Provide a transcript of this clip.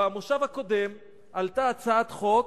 במושב הקודם עלתה הצעת חוק